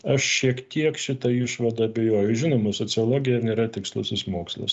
aš šiek tiek šita išvada abejoju žinoma sociologija nėra tikslusis mokslas